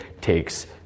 takes